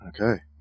Okay